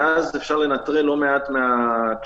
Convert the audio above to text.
ואז אפשר לנטרל לא מעט מהקשיים,